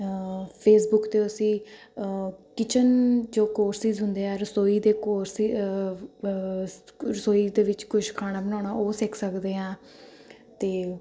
Facebook 'ਤੇ ਅਸੀਂ kitchen ਜੋ ਕੋਰਸਿਜ਼ ਹੁੰਦੇ ਆ ਰਸੋਈ ਦੇ ਕੋਰਸ ਰਸੋਈ ਦੇ ਵਿੱਚ ਕੁਝ ਖਾਣਾ ਬਣਾਉਣਾ ਉਹ ਸਿੱਖ ਸਕਦੇ ਹਾਂ ਅਤੇ